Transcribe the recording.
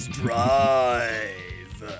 drive